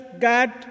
God